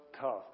tough